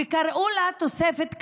וקראו לה "תוספת כץ".